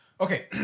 Okay